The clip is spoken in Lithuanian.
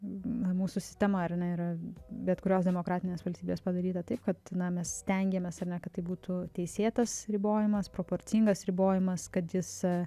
na mūsų sistema ar ne yra bet kurios demokratinės valstybės padaryta taip kad na mes stengiamės ar ne kad tai būtų teisėtas ribojimas proporcingas ribojimas kad jis a